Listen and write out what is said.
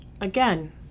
Again